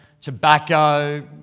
Tobacco